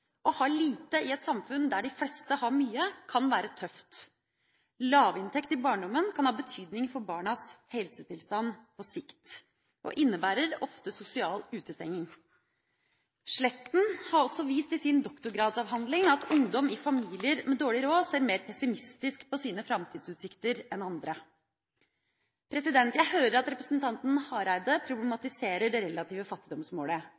Å ha lite i et samfunn der de fleste har mye, kan være tøft. Lavinntekt i barndommen kan ha betydning for barnas helsetilstand på sikt og innebærer ofte sosial utestenging. Mira Sletten har i sin doktorgradsavhandling vist at ungdom i familier med dårlig råd ser mer pessimistisk på sine framtidsutsikter enn andre. Jeg hører at representanten Hareide problematiserer det relative fattigdomsmålet,